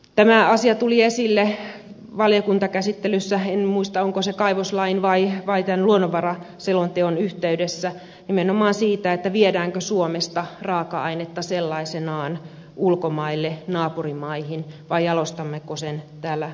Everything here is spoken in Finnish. tämä asia tuli esille valiokuntakäsittelyssä en muista oliko se kaivoslain vai tämän luonnonvaraselonteon yhteydessä nimenomaan siitä viedäänkö suomesta raaka ainetta sellaisenaan ulkomaille naapurimaihin vai jalostammeko sen täällä suomessa